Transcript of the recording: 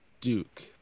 Duke